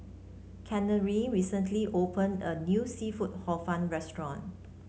Chanelle recently opened a new seafood Hor Fun restaurant